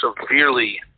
severely